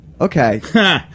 okay